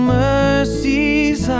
mercies